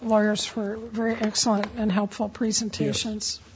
lawyers for very excellent and helpful presentations